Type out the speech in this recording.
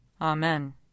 Amen